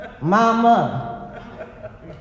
Mama